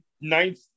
ninth